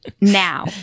now